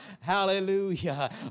hallelujah